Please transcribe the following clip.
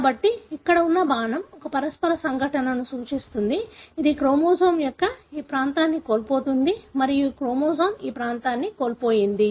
కాబట్టి ఇక్కడ ఉన్న బాణం ఒక పరస్పర సంఘటనను సూచిస్తుంది ఇది క్రోమోజోమ్ యొక్క ఈ ప్రాంతాన్ని కోల్పోతుంది మరియు ఈ క్రోమోజోమ్ ఈ ప్రాంతాన్ని కోల్పోయింది